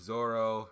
Zoro